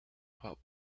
hub